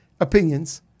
Opinions